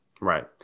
Right